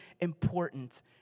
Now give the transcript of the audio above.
important